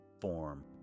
form